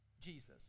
Jesus